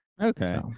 okay